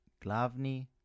Glavni